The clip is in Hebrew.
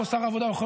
שר העבודה פה,